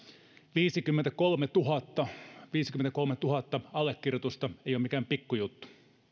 viisikymmentäkolmetuhatta viisikymmentäkolmetuhatta allekirjoitusta ei ole mikään pikkujuttu